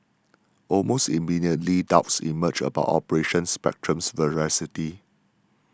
almost immediately doubts emerged about Operation Spectrum's veracity